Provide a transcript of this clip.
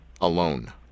alone